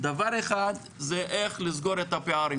דבר אחד זה איך לסגור את הפערים